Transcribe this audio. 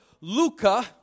Luca